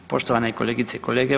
Poštovane kolegice i kolege.